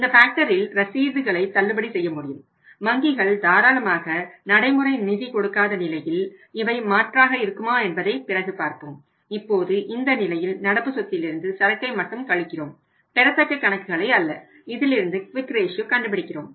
இந்த ஃபேக்ட்டரில் கண்டுபிடிக்கிறோம்